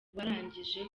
barangije